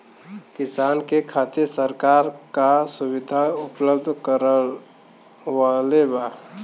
किसान के खातिर सरकार का सुविधा उपलब्ध करवले बा?